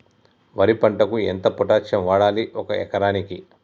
వరి పంటకు ఎంత పొటాషియం వాడాలి ఒక ఎకరానికి?